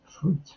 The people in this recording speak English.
fruit